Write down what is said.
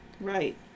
Right